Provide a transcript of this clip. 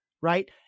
right